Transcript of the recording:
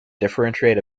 differentiate